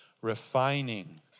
refining